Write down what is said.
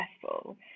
successful